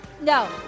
No